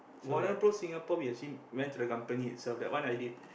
Warner-Bros Singapore we actually went to the company itself that one I did